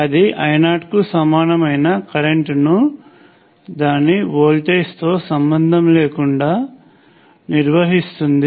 అది I0 కు సమానమైన కరెంట్ను దాని వోల్టేజ్తో సంబంధం లేకుండా నిర్వహిస్తుంది